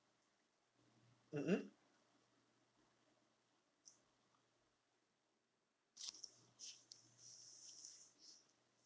mmhmm